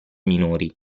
minori